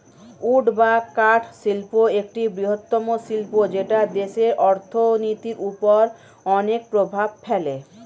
would বা কাঠ শিল্প একটি বৃহত্তম শিল্প যেটা দেশের অর্থনীতির ওপর অনেক প্রভাব ফেলে